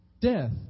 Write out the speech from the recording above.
death